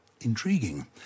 intriguing